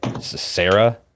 Sarah